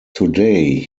today